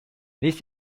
this